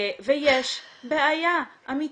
יש בעיה אמתית,